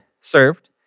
served